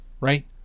right